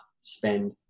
spend